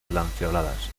lanceoladas